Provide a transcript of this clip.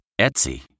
Etsy